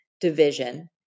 division